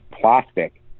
plastic